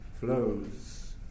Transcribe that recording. flows